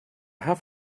have